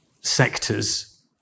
sectors